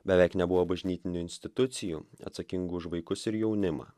beveik nebuvo bažnytinių institucijų atsakingų už vaikus ir jaunimą